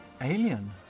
Alien